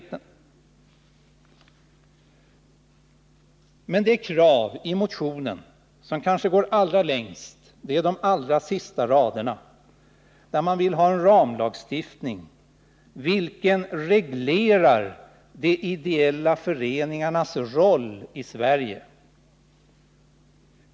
14 november 1979 Men de krav i motionen som kanske går allra längst är uttryckta i de allra sista raderna i stycket, där man vill ha ”en ramlagstiftning, vilken reglerar de i Ramlagstiftning ideella föreningarnas roll i Sverige”.